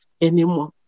anymore